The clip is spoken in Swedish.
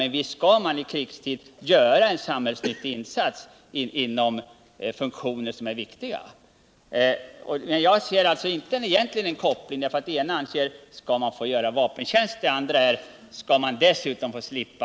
För visst skall de i krigstid göra en samhällsnyttig insats inom funktioner som är viktiga.